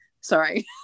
sorry